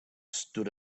stood